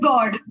God